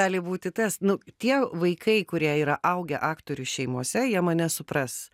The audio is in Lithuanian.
gali būti tas nu tie vaikai kurie yra augę aktorių šeimose jie mane supras